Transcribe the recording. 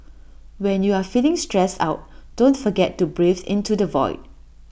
when you are feeling stressed out don't forget to breathe into the void